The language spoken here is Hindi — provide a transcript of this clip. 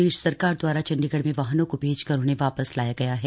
प्रदेश सरकार द्वारा चण्डीगढ़ में वाहनों को भैजकर उन्हें वापस लाया गया है